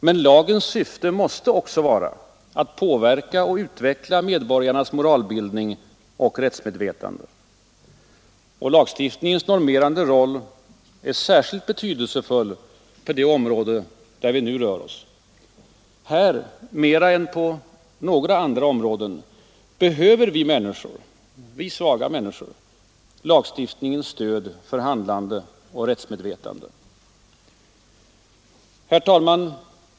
Men lagens syfte måste också vara att påverka och utveckla medborgarnas moralbildning och rättsmedvetande. Lagstiftningens normerande roll är särskilt betydelsefull på det område där vi nu rör oss. Här — mer än på några andra områden — behöver vi svaga människor lagstiftningens stöd för handlande och rättsmedvetande. Herr talman!